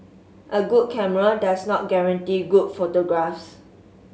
a good camera does not guarantee good photographs